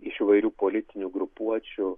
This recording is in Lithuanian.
iš įvairių politinių grupuočių